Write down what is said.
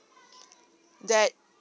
that